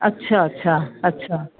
अच्छा अच्छा अच्छा